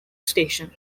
station